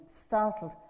startled